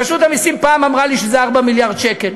רשות המסים פעם אמרה לי שזה 4 מיליארד שקל.